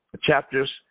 Chapters